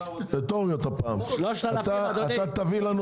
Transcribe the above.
תביא לנו